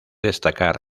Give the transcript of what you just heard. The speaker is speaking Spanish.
destacar